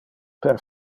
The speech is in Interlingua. per